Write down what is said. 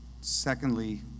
Secondly